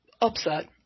upset